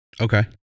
okay